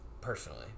personally